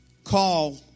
Call